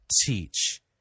teach